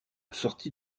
sortie